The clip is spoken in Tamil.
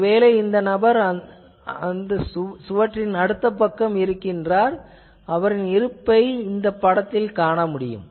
ஒருவேளை இந்த நபர் சுவரின் அடுத்த பக்கத்தில் இருக்கிறார் இந்த படம் அவரின் இருப்பைக் காட்டுகிறது